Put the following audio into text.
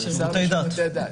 שירותי דת.